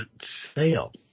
sale